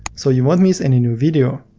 so you won't miss any new video.